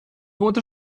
wohnte